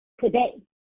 today